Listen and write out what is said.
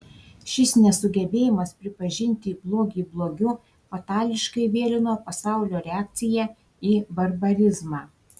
šis nesugebėjimas pripažinti blogį blogiu fatališkai vėlino pasaulio reakciją į barbarizmą